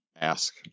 ask